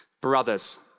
Brothers